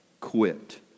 quit